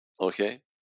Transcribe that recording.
okay